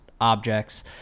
objects